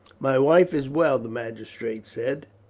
my wife is well, the magistrate said.